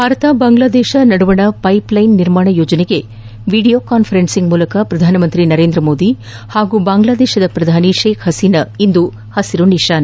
ಭಾರತ ಬಾಂಗ್ಲಾದೇಶ ನಡುವಿನ ಪ್ಲೆಪ್ಲೆನ್ ನಿರ್ಮಾಣ ಯೋಜನೆಗೆ ವಿಡಿಯೋ ಕಾನ್ತರೆನ್ಸಿಂಗ್ ಮೂಲಕ ಪ್ರಧಾನಮಂತ್ರಿ ನರೇಂದ್ರ ಮೋದಿ ಹಾಗೂ ಬಾಂಗ್ಲಾದೇಶ ಪ್ರಧಾನಿ ಶೇಕ್ ಹಸೀನಾ ಇಂದು ಪಸಿರು ನಿಶಾನೆ